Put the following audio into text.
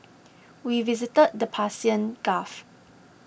we visited the Persian Gulf